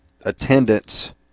attendance